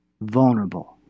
vulnerable